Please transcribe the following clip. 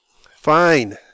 Fine